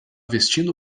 vestindo